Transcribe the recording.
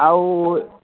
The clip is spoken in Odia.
ଆଉ